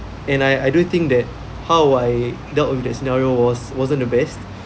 and I I do think that how I dealt with the scenario was wasn't the best